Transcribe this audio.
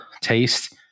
taste